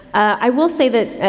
i will say that,